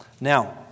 Now